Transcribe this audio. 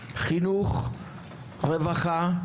חינוך, רווחה,